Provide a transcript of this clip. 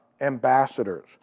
ambassadors